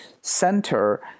center